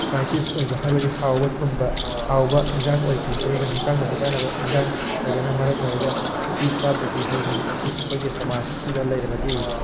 spices ꯑꯣꯏꯕ ꯍꯥꯏꯕꯗꯤ ꯍꯥꯎꯕ ꯊꯨꯝꯕ ꯍꯥꯎꯕ ꯏꯟꯖꯥꯡ ꯑꯣꯏꯈꯤ ꯑꯗꯨꯒ ꯍꯛꯆꯥꯡꯗꯁꯨ ꯀꯥꯅꯕ ꯏꯟꯖꯥꯡ ꯑꯣꯏꯕꯅ ꯃꯔꯝ ꯑꯣꯏꯔꯒ ꯎꯇꯤ ꯆꯥꯕꯒꯤ ꯍꯩꯅꯕꯤ ꯑꯁꯤ ꯑꯩꯈꯣꯏꯒꯤ ꯁꯃꯥꯖ ꯑꯁꯤꯗ ꯂꯩꯔꯕꯗꯤ